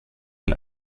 ein